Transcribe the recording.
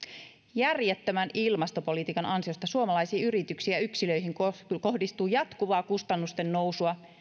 järjettömän ilmastopolitiikan ansiosta suomalaisiin yrityksiin ja yksilöihin kohdistuu kohdistuu jatkuvaa kustannusten nousua